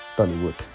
Tollywood